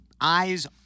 eyes